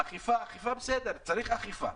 אכיפה זה בסדר, צריך אכיפה